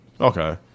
Okay